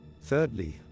thirdly